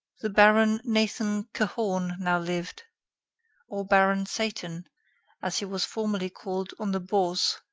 the baron nathan cahorn now lived or baron satan as he was formerly called on the bourse,